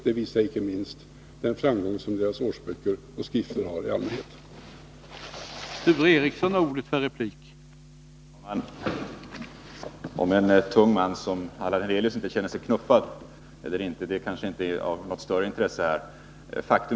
Det visar inte minst den framgång som dess årsböcker och övriga skrifter i allmänhet röner.